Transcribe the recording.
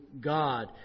God